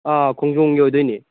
ꯈꯣꯡꯖꯣꯝꯒꯤ ꯑꯣꯏꯗꯣꯏꯅꯦ